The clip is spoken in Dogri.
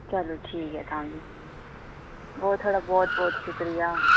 चलो ठीक ऐ तां फ्ही ओ थोआड़ा बहुत बहुत शुक्रिया